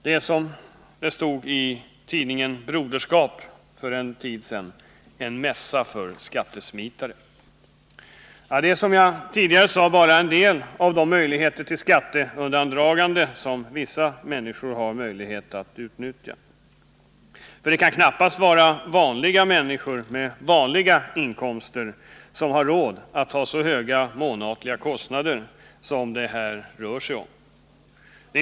Det är, som det stod i tidningen Broderskap för en tid sedan, fråga om ”En mässa för skattesmitare”. Detta är, som jag tidigare sade, bara en del av de möjligheter till skatteundandragande som vissa människor kan utnyttja. För det kan knappast vara vanliga människor med vanliga inkomster som har råd att ta på sig så höga månatliga kostnader som det här rör sig om.